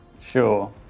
Sure